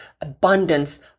abundance